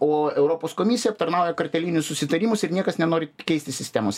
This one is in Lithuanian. o europos komisija aptarnauja kartelinius susitarimus ir niekas nenori keisti sistemos